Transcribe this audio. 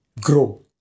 grow